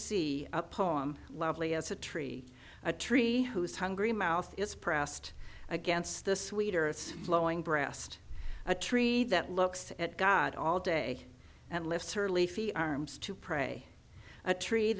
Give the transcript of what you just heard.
see a poem lovely as a tree a tree whose hungry mouth is pressed against the sweet earth glowing breast a tree that looks at god all day and lifts her leafy arms to pray a tree